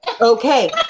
Okay